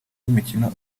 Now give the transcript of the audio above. w’imikino